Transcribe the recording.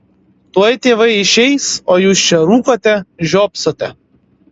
tuoj tėvai išeis o jūs čia rūkote žiopsote